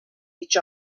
each